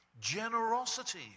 generosity